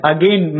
Again